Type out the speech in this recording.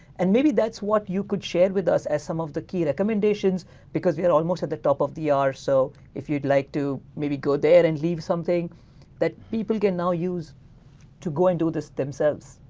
and maybe that's what you could share with us as some of the key recommendations because we are almost at the top of the hour so if you'd like to maybe go there and leave something that people can now use to go and do this themselves.